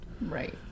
right